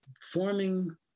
forming